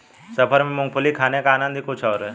सफर में मूंगफली खाने का आनंद ही कुछ और है